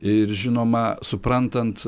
ir žinoma suprantant